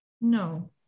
No